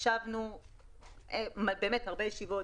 ישבנו בהרבה ישיבות,